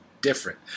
different